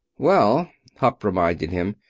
well, hupp reminded him,